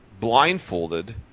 blindfolded